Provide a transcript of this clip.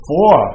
Four